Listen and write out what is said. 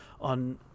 on